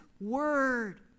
word